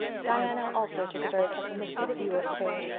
diana also took a very pessimistic view of affairs.